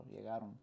llegaron